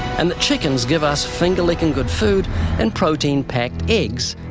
and that chickens give us finger-licking good food and protein-packed eggs,